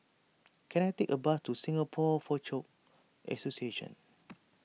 can I take a bus to Singapore Foochow Association